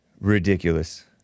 Ridiculous